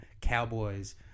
cowboys